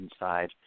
inside